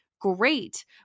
Great